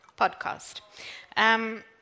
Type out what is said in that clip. podcast